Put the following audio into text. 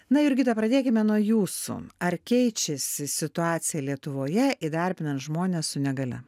na jurgita pradėkime nuo jūsų ar keičiasi situacija lietuvoje įdarbinant žmones su negalia